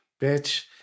bitch